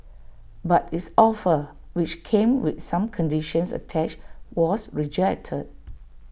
but its offer which came with some conditions attached was rejected